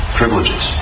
privileges